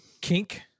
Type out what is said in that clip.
kink